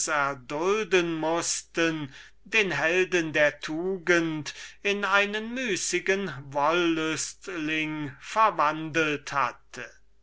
erdulden mußten den helden der tugend in einen müßigen wollüstling verwandelt hatte